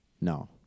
No